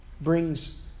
Brings